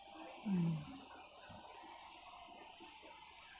mm